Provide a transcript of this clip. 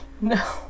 No